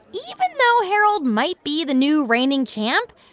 even though harold might be the new reigning champ,